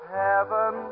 heaven